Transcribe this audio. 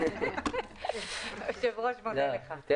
אם